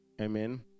Amen